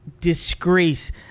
disgrace